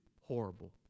horrible